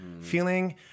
feeling